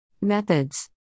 Methods